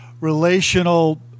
relational